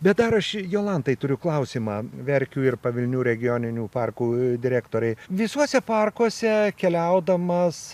bet dar aš jolantai turiu klausimą verkių ir pavilnių regioninių parkų direktorei visuose parkuose keliaudamas